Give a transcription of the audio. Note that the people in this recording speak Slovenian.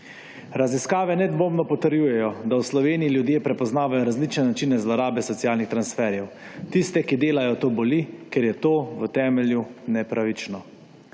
Raziskave nedvomno potrjujejo, da v Sloveniji ljudje prepoznavajo različne načine zlorabe socialnih transferjev. Tiste, ki delajo, to boli, ker je to v temelju nepravično.